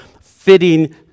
fitting